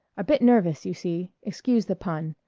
a bit nervous, you see. excuse the pun.